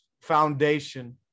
foundation